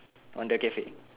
on the cafe